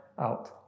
out